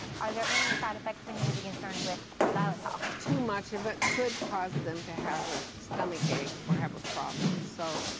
are there any side effects we need to be concerned with with xylitol? too much of it could cause them to have a stomach ache or have a problem. so,